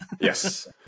Yes